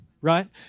right